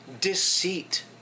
deceit